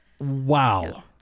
Wow